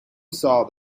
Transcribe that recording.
saw